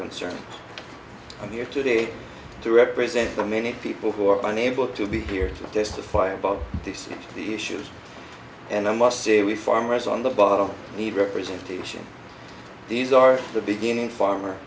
concern i'm here today to represent the many people who are unable to be here to testify about this and the issues and i must say we farmers on the bottom need representation these are the beginning farm